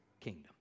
kingdom